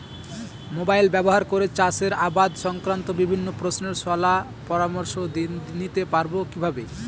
Mobile ব্যাবহার করে চাষের আবাদ সংক্রান্ত বিভিন্ন প্রশ্নের শলা পরামর্শ নিতে পারবো কিভাবে?